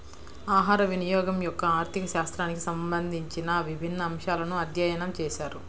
ఆహారవినియోగం యొక్క ఆర్థిక శాస్త్రానికి సంబంధించిన విభిన్న అంశాలను అధ్యయనం చేశారు